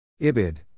IBID